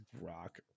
rock